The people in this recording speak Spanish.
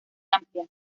amplia